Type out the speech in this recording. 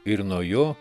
ir nuo jo